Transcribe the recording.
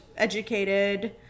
educated